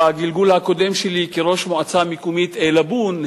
בגלגול הקודם שלי כראש המועצה המקומית עילבון,